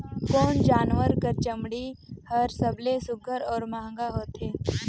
कोन जानवर कर चमड़ी हर सबले सुघ्घर और महंगा होथे?